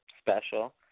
special